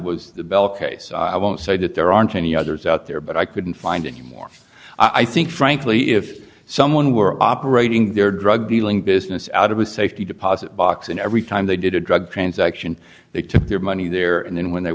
case i won't say that there aren't any others out there but i couldn't find any more i think frankly if someone were operating their drug dealing business out of a safety deposit box and every time they did a drug transaction they took their money there and then when they